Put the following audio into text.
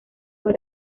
fue